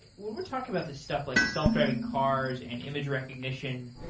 when we're talking about the stuff like self-driving cars and image recognition,